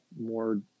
more